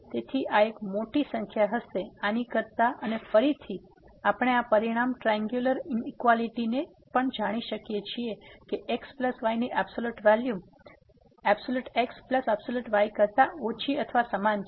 તેથી આ એક મોટી સંખ્યા હશે આની કરતા અને ફરીથી આપણે આ પરિણામ ત્રાઈન્ગુંલર ઇનઇક્વાલીટી ને પણ જાણી શકીએ છીએ કે x y ની એબ્સોલ્યુટ વેલ્યુ xy કરતા ઓછી અથવા સમાન છે